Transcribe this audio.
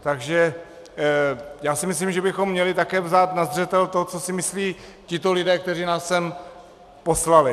Takže si myslím, že bychom měli také vzít na zřetel to, co si myslí tito lidé, kteří nás sem poslali.